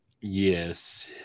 Yes